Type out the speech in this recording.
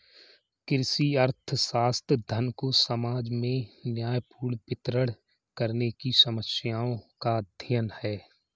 कृषि अर्थशास्त्र, धन को समाज में न्यायपूर्ण वितरण करने की समस्याओं का अध्ययन है